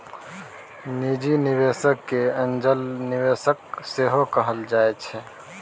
निजी निबेशक केँ एंजल निबेशक सेहो कहल जाइ छै